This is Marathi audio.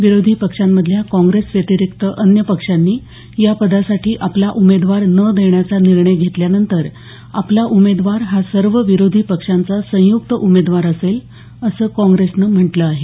विरोधी पक्षांमधल्या काँग्रेसव्यतिरिक्त अन्य पक्षांनी या पदासाठी आपला उमेदवार न देण्याचा निर्णय घेतल्यानंतर आपला उमेदवार हा सर्व विरोधी पक्षांचा संयुक्त उमेदवार असेल असं काँग्रेसनं म्हटलं आहे